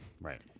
Right